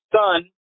son